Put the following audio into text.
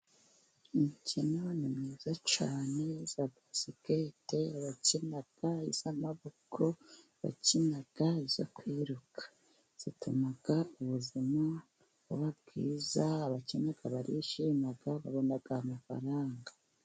Imikino ni myiza cyane, iya basikete bakina, iy'amabokoko bakina, iyo kwiruka ituma ubuzima buba bwiza, abayikina barishima babona amafaranga.